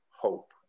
hope